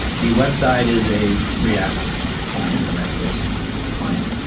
the web side is a react client, a react-based client,